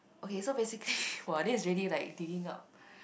okay so basically !wah! this is really like digging up